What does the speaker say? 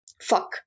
fuck